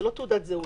זה לא תעודת זהות.